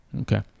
okay